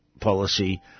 policy